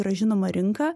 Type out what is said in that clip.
yra žinoma rinka